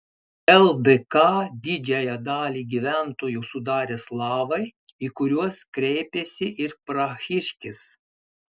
ldk didžiąją dalį gyventojų sudarė slavai į kuriuos kreipėsi ir prahiškis